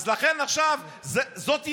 עכשיו, זאת האמת,